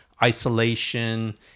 isolation